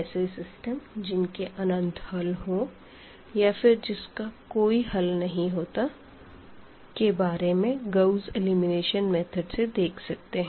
ऐसे सिस्टम जिनके अनंत हल हो या फिर जिसका कोई हल नहीं होता के बारे में गाउस एलिमिनेशन मेथड से देख सकते हैं